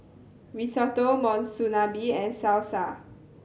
Risotto Monsunabe and Salsa